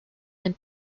and